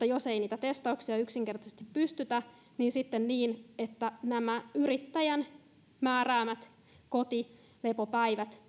jos ei niihin testauksiin yksinkertaisesti pystytä niin sitten nämä yrittäjän määräämät kotilepopäivät